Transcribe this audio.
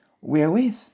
Wherewith